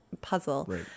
puzzle